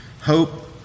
hope